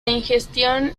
ingestión